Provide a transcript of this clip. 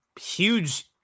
huge